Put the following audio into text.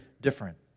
different